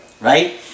Right